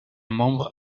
membre